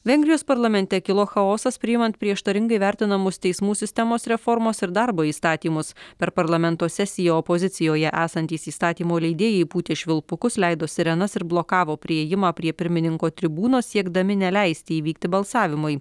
vengrijos parlamente kilo chaosas priimant prieštaringai vertinamus teismų sistemos reformos ir darbo įstatymus per parlamento sesiją opozicijoje esantys įstatymo leidėjai pūtė švilpukus leido sirenas ir blokavo priėjimą prie pirmininko tribūnos siekdami neleisti įvykti balsavimui